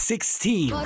Sixteen